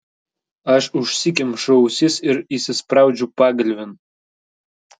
aš užsikemšu ausis ir įsispraudžiu pagalvėn